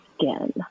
skin